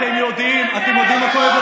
אתם יודעים מה כואב לכם?